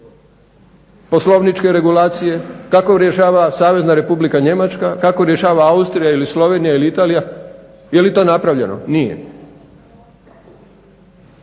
poslovničke regulacije, kako rješava Savezna Republika Njemačka, kako rješava Austrija ili Slovenija ili Italija. Je li to napravljeno? Nije.